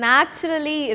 Naturally